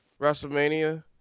WrestleMania